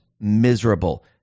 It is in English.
miserable